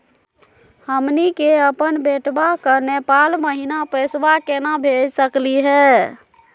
हमनी के अपन बेटवा क नेपाल महिना पैसवा केना भेज सकली हे?